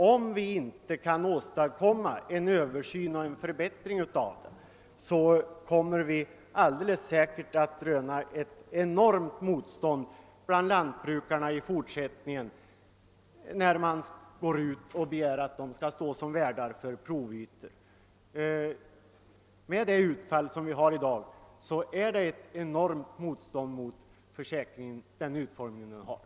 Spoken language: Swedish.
Om det inte går att åstadkomma en förbättring av systemet, kommer man i fortsättningen alldeles säkert att röna ett enormt motstånd bland lantbrukarna när man begär att de skall stå som värdar för provytor. Det blir följden av den utformning försäkringen har i dag.